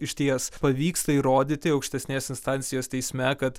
išties pavyksta įrodyti aukštesnės instancijos teisme kad